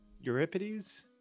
Euripides